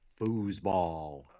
Foosball